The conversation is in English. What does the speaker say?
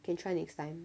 can try next time